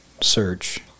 Search